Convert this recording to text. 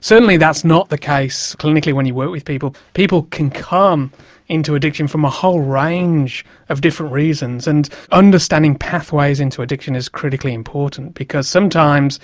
certainly that's not the case clinically when you work with people, people can come into addiction from a whole range of different reasons. and understanding pathways into addiction is critically important, because sometimes